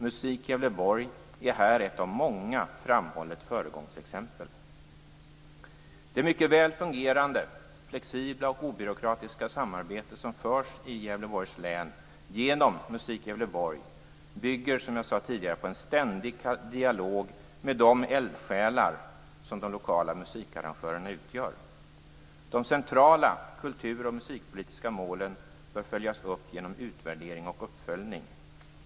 Musik Gävleborg är här ett av många framhållet föregångsexempel. Det mycket väl fungerande, flexibla och obyråkratiska samarbete som finns i Gävleborgs län genom Musik Gävleborg bygger, som jag sade tidigare, på en ständig dialog med de eldsjälar som de lokala musikarrangörerna utgör. De centrala kultur och musikpolitiska målen bör följas upp genom utvärdering och uppföljning.